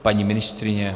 Paní ministryně?